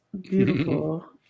Beautiful